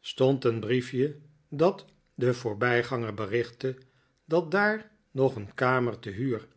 stond een briefje dat den voorbijganger berichtte dat daar nog een kamer te huur